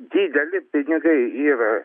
dideli pinigai yra